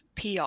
PR